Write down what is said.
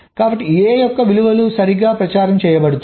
కాబట్టి A యొక్క విలువ సరిగ్గా ప్రచారం చేయబడుతోంది